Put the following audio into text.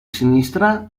sinistra